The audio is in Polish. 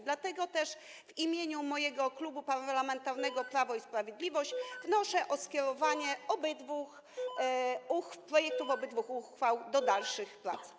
Dlatego też w imieniu mojego Klubu Parlamentarnego Prawo i Sprawiedliwość wnoszę o skierowanie obydwu projektów uchwał do dalszych prac.